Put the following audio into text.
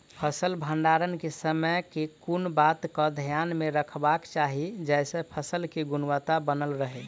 फसल भण्डारण केँ समय केँ कुन बात कऽ ध्यान मे रखबाक चाहि जयसँ फसल केँ गुणवता बनल रहै?